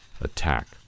attack